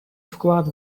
вклад